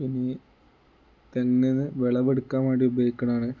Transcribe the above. ഇനി തെങ്ങിൽ നിന്ന് വിളവെടുക്കാൻ വേണ്ടി ഉപയോഗിക്കണതാണ്